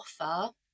offer